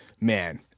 man